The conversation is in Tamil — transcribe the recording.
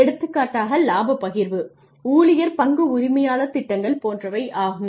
எடுத்துக்காட்டாக இலாப பகிர்வு ஊழியர் பங்கு உரிமையாளர் திட்டங்கள் போன்றவை ஆகும்